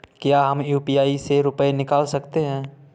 क्या हम यू.पी.आई से रुपये निकाल सकते हैं?